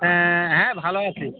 হ্যাঁ হ্যাঁ ভালো আছি